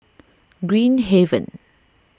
Green Haven